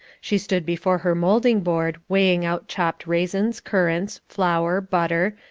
she stood before her moulding board weighing out chopped raisins, currants, flour, butter,